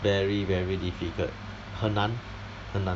very very difficult 很难很难